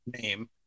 name